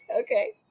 Okay